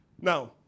Now